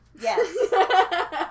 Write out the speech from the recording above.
Yes